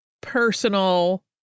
personal